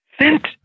sent